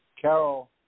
Carol